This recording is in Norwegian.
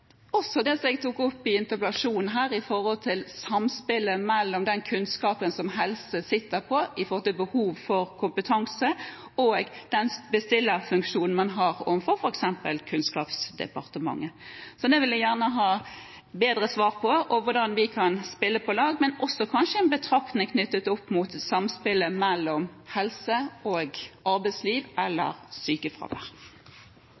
også på det jeg tok opp i interpellasjonen når det gjelder samspillet mellom den kunnskapen som Helse- og omsorgsdepartementet sitter på når det gjelder behov for kompetanse, og den bestillerfunksjonen man har overfor f.eks. Kunnskapsdepartementet. Det vil jeg gjerne ha bedre svar på, samt hvordan vi kan spille på lag, men også kanskje en betraktning knyttet opp mot samspillet mellom helse og arbeidsliv eller sykefravær.